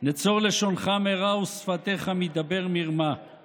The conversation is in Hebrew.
"נצר לשונך מרע ושפתיך מדבר מרמה";